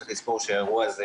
צריך לזכור שהאירוע הזה